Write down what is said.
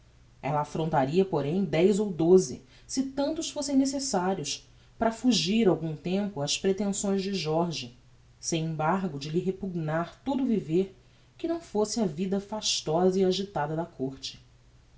ella afrontaria porém dez ou doze se tantos fossem necessarios para fugir algum tempo ás pretenções de jorge sem embargo de lhe repugnar todo o viver que não fosse a vida fastosa e agitada da côrte